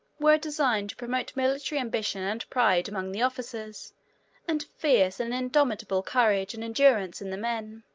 were designed to promote military ambition and pride among the officers and fierce and indomitable courage and endurance in the men.